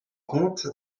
compte